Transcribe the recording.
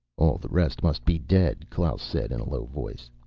all the rest must be dead, klaus said in a low voice.